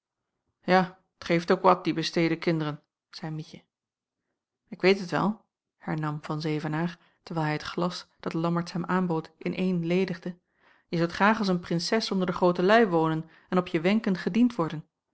ja t geeft ook wat die bestede kinderen zeî mietje ik weet het wel hernam van zevenaer terwijl hij het glas dat lammertsz hem aanbood in één ledigde jij zoudt graag als een prinses onder de groote luî wonen en op je wenken gediend worden